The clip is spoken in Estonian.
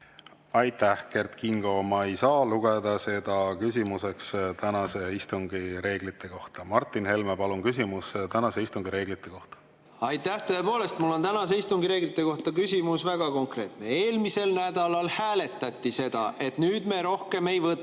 Aitäh, Kert Kingo! Ma ei saa lugeda seda küsimuseks tänase istungi reeglite kohta. Martin Helme, palun, küsimus tänase istungi reeglite kohta! Aitäh! Tõepoolest, mul on tänase istungi reeglite kohta küsimus, väga konkreetne. Eelmisel nädalal hääletati seda, et nüüd me enam rohkem